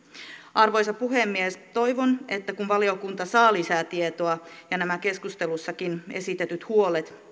arvoisa puhemies toivon että kun valiokunta saa lisää tietoa ja nämä keskusteluissakin esitetyt huolet